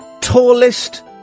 tallest